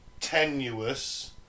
tenuous